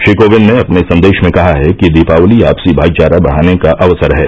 श्री कोविंद ने अपने संदेश में कहा है कि दीपावली आपसी भाईचारा बढ़ाने का अवसरहै